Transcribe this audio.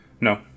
No